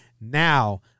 now